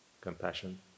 compassion